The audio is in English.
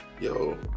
yo